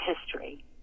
history